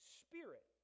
spirit